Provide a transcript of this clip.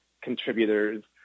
contributors